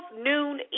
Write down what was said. noon